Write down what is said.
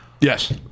Yes